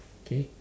okay